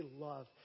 love